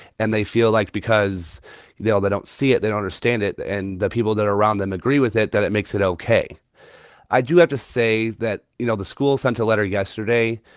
and they feel like because they they don't see it, they don't understand it, and the people that are around them agree with it that it makes it ok i do have to say that, you know, the school sent a letter yesterday.